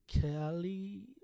Kelly